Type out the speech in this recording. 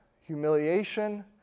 humiliation